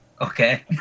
Okay